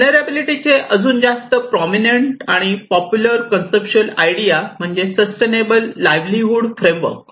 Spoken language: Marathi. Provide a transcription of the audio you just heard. व्हलनेरलॅबीलीटीचे अजून जास्त prominent and popular conceptual idea म्हणजे सस्टेनेबल लाईव्हलीहूड फ्रेमवर्क